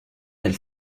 elle